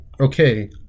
okay